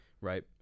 right